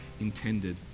intended